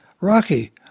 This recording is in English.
Rocky